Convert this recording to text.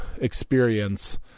experience